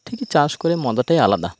ঠিকই চাষ করে মজাটাই আলাদা